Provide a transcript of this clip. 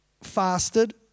fasted